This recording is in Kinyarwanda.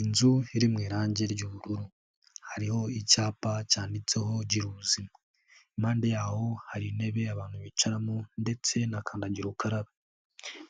Inzu iri mu irangi ry'ubururu, hariho icyapa cyanditseho giri ubuzima. Impande yaho hari intebe abantu bicaramo, ndetse na kandagira ukarabe.